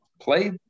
play